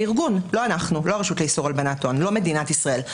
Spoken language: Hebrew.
לא הרשות לאיסור הלבנת הון, לא מדינת ישראל.